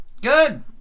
Good